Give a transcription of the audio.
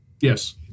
Yes